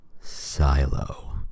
silo